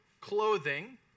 clothing